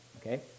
okay